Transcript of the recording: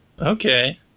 Okay